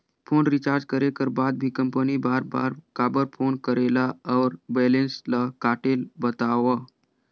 Phone recharge करे कर बाद भी कंपनी बार बार काबर फोन करेला और बैलेंस ल काटेल बतावव?